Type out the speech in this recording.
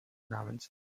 namens